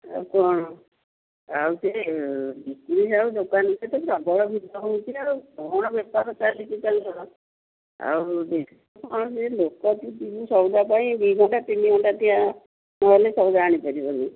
ଆଉ କ'ଣ ଆଉ ସେ ଦୋକାନରେ ପ୍ରବଳ ଭିଡ଼ ହେଉଛି ଆଉ କ'ଣ ବେପାର ଚାଲିଛି ତାଙ୍କର ଆଉ କ'ଣ ଲୋକ ସଉଦା ପାଇଁ ଦୁଇ ଘଣ୍ଟା ତିନି ଘଣ୍ଟା ଠିଆ ନହେଲେ ସଉଦା ଆଣିପାରିବନି